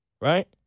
right